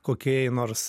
kokiai nors